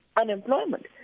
unemployment